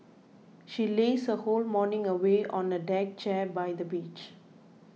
she lazed her whole morning away on a deck chair by the beach